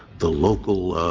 the local